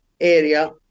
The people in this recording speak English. area